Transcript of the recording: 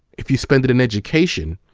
if you spend it in education,